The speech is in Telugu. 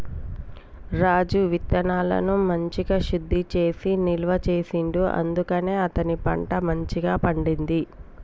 రాజు విత్తనాలను మంచిగ శుద్ధి చేసి నిల్వ చేసిండు అందుకనే అతని పంట మంచిగ పండింది